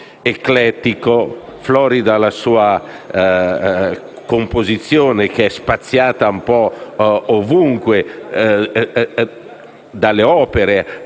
eclettico; florida la sua composizione, che ha spaziato un po' ovunque, dalle opere,